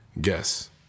guess